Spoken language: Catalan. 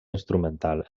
instrumental